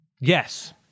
Yes